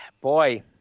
boy